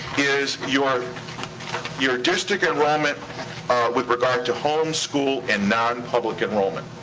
is your your district enrollment with regard to homeschool and non-public enrollment.